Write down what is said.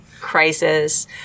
crisis